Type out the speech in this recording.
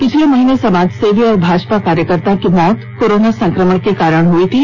पिछले महीने समाजसेवी और भाजपा कार्यकर्ता की मौत कोरोना संक्रमण के कारण हो गई थी